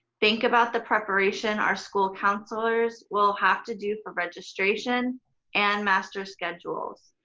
think about the preparation our school counselors will have to do for registration and master schedules.